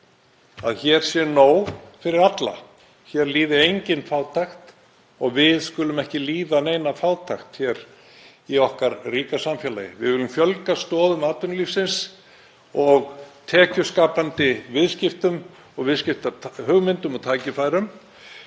að hér sé nóg fyrir alla, að hér líði engin fátækt, að við skulum ekki líða neina fátækt hér í okkar ríka samfélagi. Við viljum fjölga stoðum atvinnulífsins og tekjuskapandi viðskiptum og viðskiptahugmyndum og tækifærum